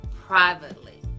privately